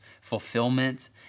fulfillment